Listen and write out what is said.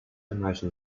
imagine